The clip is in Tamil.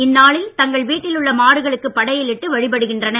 இந்நாளில் தங்கள் வீட்டில் உள்ள மாடுகளுக்கு படையலிட்டு வழிபடுகின்றனர்